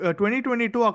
2022